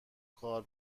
کار